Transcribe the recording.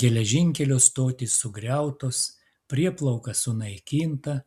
geležinkelio stotys sugriautos prieplauka sunaikinta